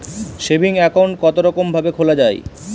Saving account কতরকম ভাবে খোলা য়ায়?